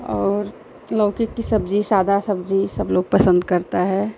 और लौकी की सब्ज़ी सादा सब्ज़ी सबलोग पसन्द करता है